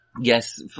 Yes